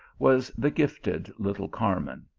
was the gifted little carmen.